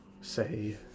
say